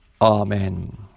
Amen